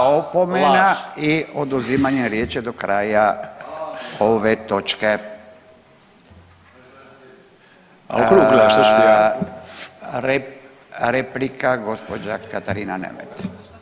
Treća opomena i oduzimanje riječi do kraja ove točke. … [[Upadica se ne razumije.]] Replika gospođa Katarina Nemet.